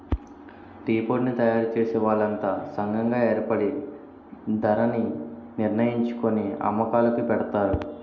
టీపొడిని తయారుచేసే వాళ్లంతా సంగం గాయేర్పడి ధరణిర్ణించుకొని అమ్మకాలుకి పెడతారు